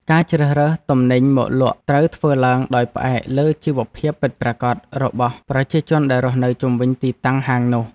ការជ្រើសរើសទំនិញមកលក់ត្រូវធ្វើឡើងដោយផ្អែកលើជីវភាពពិតប្រាកដរបស់ប្រជាជនដែលរស់នៅជុំវិញទីតាំងហាងនោះ។